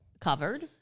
covered